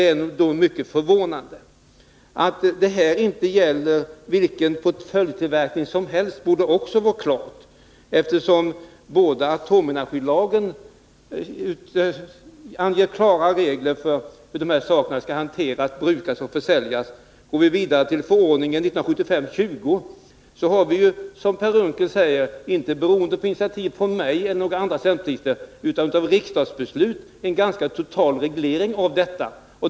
Han borde ha klart för sig att det här inte gäller vilken portföljtillverkning som helst, eftersom atomenergilagen anger klara regler för hur de här anläggningarna skall hanteras, brukas och försäljas. Vidare har vi i förordningen 1975:20— inte beroende på initiativ från mig eller några andra centerpartister, utan på grundval av riksdagsbeslut — en nära nog total reglering av detta.